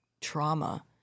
trauma